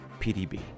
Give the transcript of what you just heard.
PDB